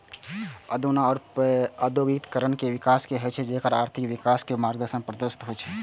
अनुदान सं औद्योगिकीकरण के विकास होइ छै, जइसे आर्थिक विकासक मार्ग प्रशस्त होइ छै